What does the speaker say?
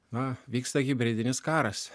na vyksta hibridinis karas